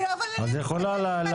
אני לא אבוא לנהל --- את יכולה לבוא